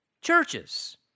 churches